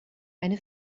eine